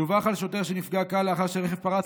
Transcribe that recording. דווח על שוטר שנפגע קל לאחר שרכב פרץ